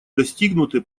достигнуты